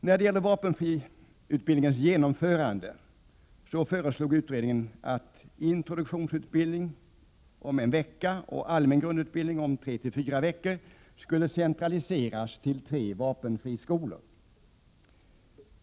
När det gäller vapenfriutbildningens genomförande föreslog utredningen att introduktionsutbildning om 1 vecka och allmän grundutbildning om 3—4 veckor skulle centraliseras till tre vapenfriskolor.